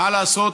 מה לעשות,